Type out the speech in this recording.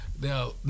now